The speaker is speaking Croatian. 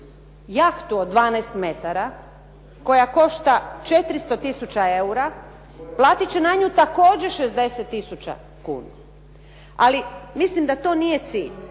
jahtu od 12 metara koja košta 400 tisuća eura platit će na nju također 60 tisuća kuna. Ali, mislim da to nije cilj.